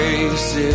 Grace